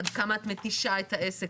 עד כמה את מתישה את העסק?